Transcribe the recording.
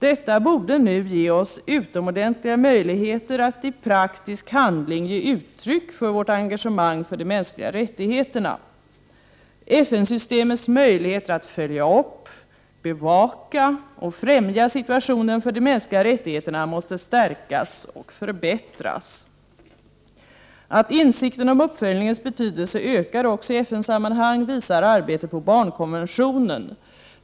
Detta borde nu ge oss utomordentliga möjligheter att i praktisk handling ge uttryck för vårt engagemang för de mänskliga rättigheterna. FN-systemets möjligheter att följa upp, bevaka och främja situationen för de mänskliga rättigheterna måste stärkas och förbättras. Att insikten om uppföljningens betydelse ökar också i FN-sammanhang visar arbetet på barnkonventionen.